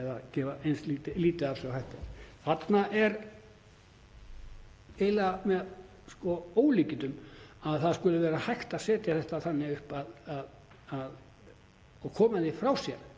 eða gefa eins lítið af sér og hægt er. Það er eiginlega með ólíkindum að það skuli vera hægt að setja þetta þannig upp og koma því frá sér